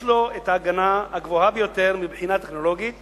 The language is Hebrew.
יש לו ההגנה הגבוהה ביותר מבחינה טכנולוגית